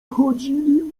chodzili